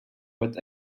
with